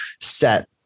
set